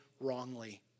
wrongly